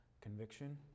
conviction